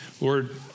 Lord